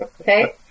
okay